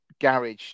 garage